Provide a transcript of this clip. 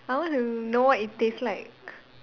I want to know what it taste like